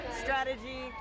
strategy